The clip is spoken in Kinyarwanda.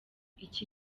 iki